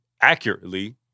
accurately